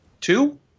two